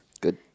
good